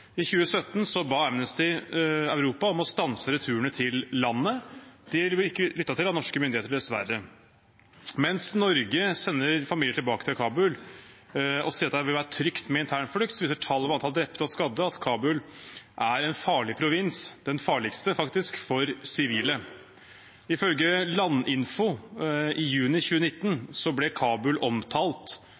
I 2017 ba Amnesty Europa om å stanse returene til landet. Det blir ikke lyttet til av norske myndigheter, dessverre. Mens Norge sender familier tilbake til Kabul og sier at det vil være trygt med internflukt, viser antall drepte og skadde at Kabul er en farlig provins – faktisk den farligste – for sivile. Ifølge Landinfo ble Kabul i juni omtalt som selvmordshovedstaden, på grunn av alle angrepene rettet mot sivile. Ni av ti ofre i Kabul